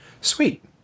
Sweet